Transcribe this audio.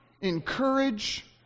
encourage